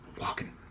Walking